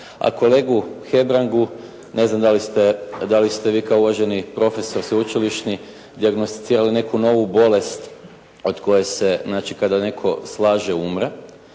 A kolegu Hebrangu ne znam da li ste vi kao uvaženi profesor, sveučilišni dijagnosticirali neku novu bolest od koje se, znači kada netko slaže, umre,